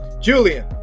Julian